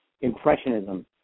impressionism